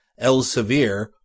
Elsevier